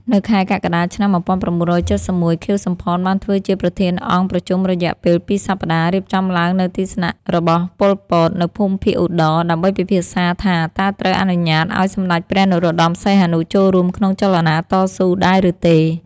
នៅខែកក្កដា ឆ្នាំ ១៩៧១ ខៀវ សំផន បានធ្វើជាប្រធានអង្គប្រជុំរយៈពេលពីរសប្តាហ៍ រៀបចំឡើងនៅទីស្នាក់របស់ ប៉ុល ពត នៅភូមិភាគឧត្តរ ដើម្បីពិភាក្សាថា តើត្រូវអនុញ្ញាតឱ្យសម្តេចព្រះ នរោត្តម សីហនុ ចូលរួមក្នុងចលនាតស៊ូដែរឬទេ ។